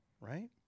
right